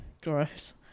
gross